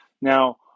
Now